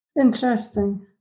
interesting